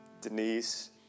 Denise